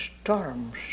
storms